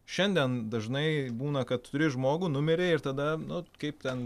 šiandien dažnai būna kad tu turi žmogų numirė ir tada nu kaip ten